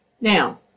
Now